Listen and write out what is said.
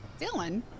Dylan